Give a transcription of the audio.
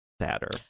sadder